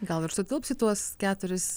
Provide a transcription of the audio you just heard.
gal ir sutilps į tuos keturis